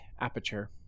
aperture